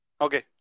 Okay